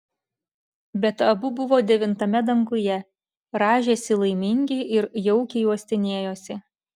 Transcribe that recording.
bet abu buvo devintame danguje rąžėsi laimingi ir jaukiai uostinėjosi